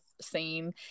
scene